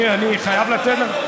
אבל אני שואל מי אשם בזה.